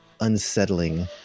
unsettling